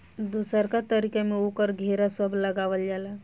दोसरका तरीका में ओकर घेरा सब लगावल जाला